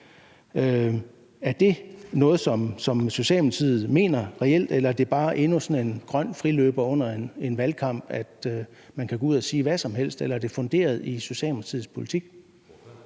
Er det noget, som Socialdemokratiet mener reelt, eller er det bare endnu en grøn friløber under en valgkamp, som kan gå ud og sige hvad som helst, eller er det funderet i Socialdemokratiets politik?